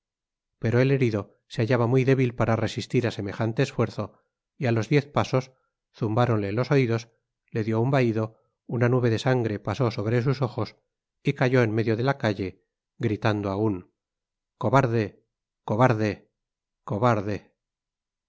pero el herido se hallaba muy débil para resistir á semejante esfuerzo y á los diez pasos zumbáronle los oidos le dió un vahido una nube de sangre pasó sobre sus ojos y cayó en medio de la calle gritando aun cobarde cobarde i cobarde